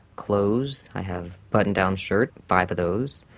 clothes, i have button down shirts five of those,